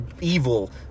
evil